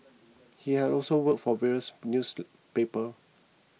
she had also worked for various newspaper